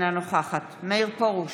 אינה נוכחת מאיר פרוש,